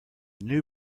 new